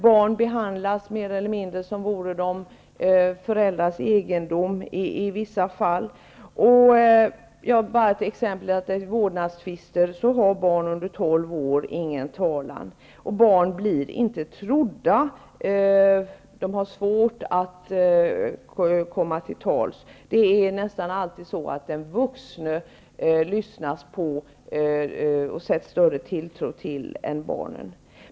Barn behandlas i vissa fall mer eller mindre som om de vore föräldrarnas egendom. Exempelvis i vårdnadstvister har barn under tolv år ingen talan. Barn blir inte trodda och har svårt att komma till tals. Det är nästan alltid så att man lyssnar mer och sätter större tilltro till den vuxne än till barnet.